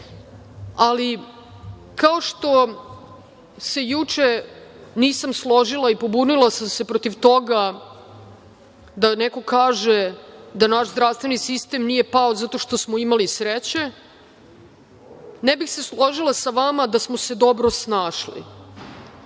Ali, kao što se juče nisam složila i pobunila sam se protiv toga da neko kaže da naš zdravstveni sistem nije pao zato što smo imali sreće. Ne bih se složila sa vama da smo se dobro snašli,